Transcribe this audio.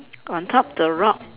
on top the rock